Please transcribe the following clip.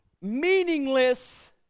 meaningless